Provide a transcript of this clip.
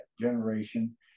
generation